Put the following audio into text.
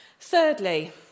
Thirdly